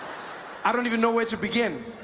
i don't even know where to begin